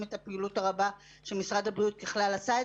את הפעילות הרבה שמשרד הבריאות ככל עשה.